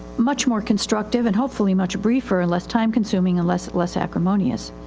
much more constructive and hopefully much briefer and less time consuming and less, less acrimonious.